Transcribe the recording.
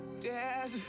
Dad